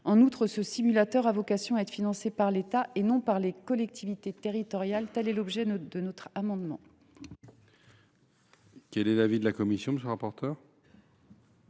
En outre, le simulateur a vocation à être financé par l’État, et non par les collectivités territoriales. Quel est l’avis de la commission